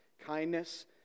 kindness